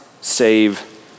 save